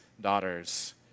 daughters